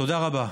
תודה רבה.